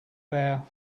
there